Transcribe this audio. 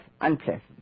unpleasant